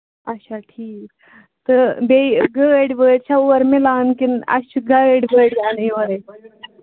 اَچھا ٹھیٖک تہٕ بیٚیہِ گٲڑۍ وٲڑۍ چھا اورٕ میلان کِنہٕ اَسہِ چھُ گٲڑۍ وٲڑۍ اَنٕنۍ اورَے